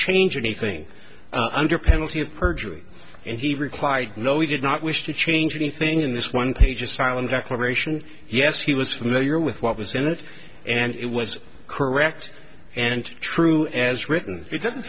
change anything under penalty of perjury and he replied no he did not wish to change anything in this one page asylum declaration yes he was familiar with what was in it and it was correct and true as written it doesn't